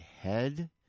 Head